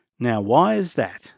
now why is that?